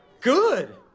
Good